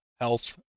health